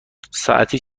ساعتی